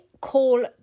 call